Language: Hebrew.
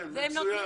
זה מתווה